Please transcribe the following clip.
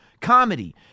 comedy